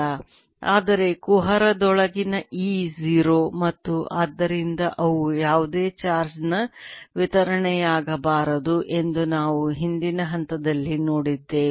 ಆದರೆ ಕುಹರದೊಳಗಿನ E 0 ಮತ್ತು ಆದ್ದರಿಂದ ಅವು ಯಾವುದೇ ಚಾರ್ಜ್ ನ ವಿತರಣೆಯಾಗಿರಬಾರದು ಎಂದು ನಾವು ಹಿಂದಿನ ಹಂತದಲ್ಲಿ ನೋಡಿದ್ದೇವೆ